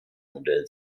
modell